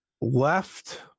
left